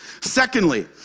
Secondly